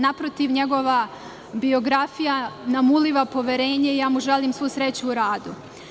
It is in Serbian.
Naprotiv, njegova biografija nam uliva poverenje i želim mu svu sreću u radu.